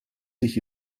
sich